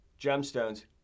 Gemstones